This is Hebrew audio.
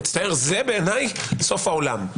מצטער, זה בעיניי סוף העולם.